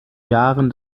jahren